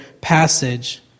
passage